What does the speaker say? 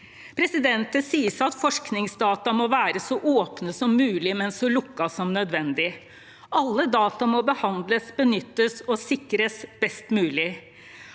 Det sies at forskningsdata må være så åpne som mulig, men så lukkede som nødvendig. Alle data må behandles, benyttes og sikres best mulig.